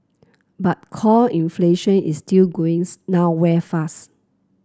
but core inflation is still going nowhere fast